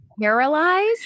paralyzed